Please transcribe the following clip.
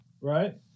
Right